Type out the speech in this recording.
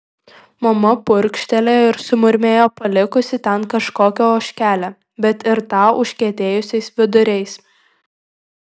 mama purkštelėjo ir sumurmėjo palikusi ten kažkokią ožkelę bet ir tą užkietėjusiais viduriais